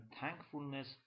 thankfulness